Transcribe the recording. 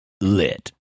lit